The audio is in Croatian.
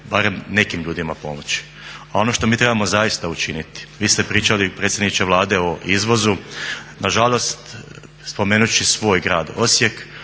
barem nekim ljudima pomoći. A ono što mi trebamo zaista učiniti, vi ste pričali predsjedniče Vlade o izvozu, nažalost spomenut ću svoj grad Osijek,